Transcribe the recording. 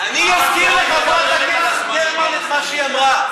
אני אזכיר לחברת הכנסת גרמן את מה שהיא אמרה.